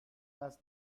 ask